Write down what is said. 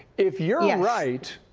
if you are right,